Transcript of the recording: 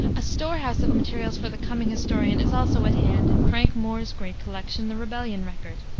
a storehouse of materials for the coming historian is also at hand in frank moore's great collection, the rebellion record